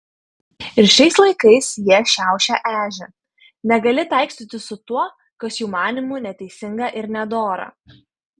ir šiais laikais jie šiaušia ežį negali taikstytis su tuo kas jų manymu neteisinga ir nedora